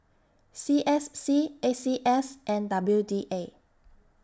C S C A C S and W D A